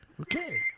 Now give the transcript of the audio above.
Okay